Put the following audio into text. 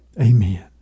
Amen